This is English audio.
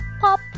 pop